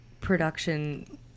production